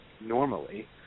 normally